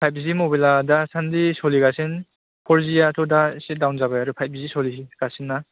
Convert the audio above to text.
फाइभजि मबाइलआ दासान्दि सोलिगासिनो फरजिआथ' दा एसे दाउन जाबाय आरो फाइभजि सोलिगासिनो ना